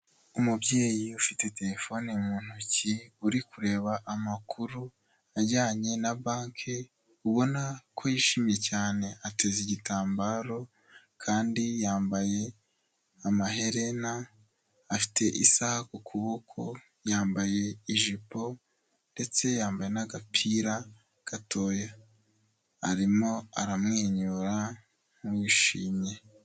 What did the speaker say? Umubyeyi ufite telefone mu ntoki, uri kureba amakuru ajyanye na banki ubona ko yishimye cyane, ateze igitambaro kandi yambaye amaherena, afite isaha ku kuboko, yambaye ijipo ndetse yambaye n'agapira gatoya. Arimo aramwenyura nk'uwishimye.